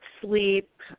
sleep